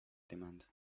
demand